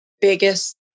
biggest